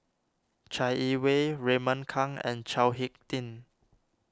Chai Yee Wei Raymond Kang and Chao Hick Tin